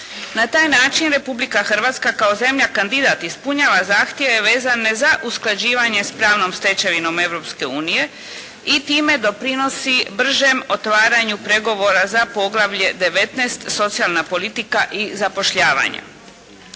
Na taj način Republika Hrvatska kao zemlja kandidat ispunjava zahtjeve vezane za usklađivanje s pravnom stečevinom Europske unije i time doprinosi bržem otvaranju pregovora za poglavlje 19. socijalna politika i zapošljavanje.